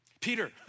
Peter